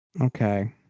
Okay